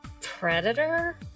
Predator